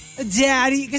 Daddy